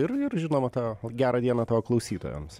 ir ir žinoma tą gerą dieną tavo klausytojams